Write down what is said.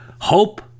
Hope